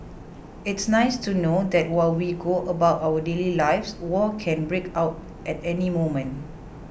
it's nice to know that while we go about our daily lives war can break out at any moment